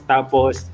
Tapos